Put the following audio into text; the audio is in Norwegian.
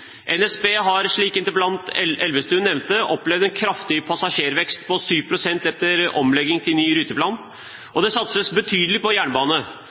NSB har, slik interpellant Elvestuen nevnte, opplevd en kraftig passasjervekst – på 7 pst. – etter omlegging til ny ruteplan, og det satses betydelig på